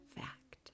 fact